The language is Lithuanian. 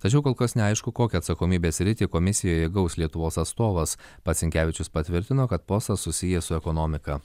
tačiau kol kas neaišku kokią atsakomybės sritį komisijoje gaus lietuvos atstovas pats sinkevičius patvirtino kad postas susijęs su ekonomika